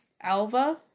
Alva